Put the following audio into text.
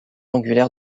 angulaire